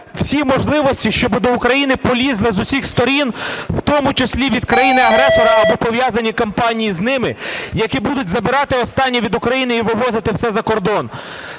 всі можливості, щоб до України полізли з усіх сторін, в тому числі від країни-агресора або пов'язані компанії з ними, які будуть забирати останнє від України і вивозити все за кордон.